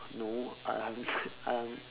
no I'm I'm I'm